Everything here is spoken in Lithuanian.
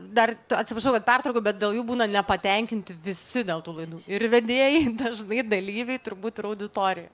dar atsiprašau kad pertraukiau bet dėl jų būna nepatenkinti visi dėl tų laidų ir vedėjai dažnai dalyviai turbūt ir auditorija